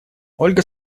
ольга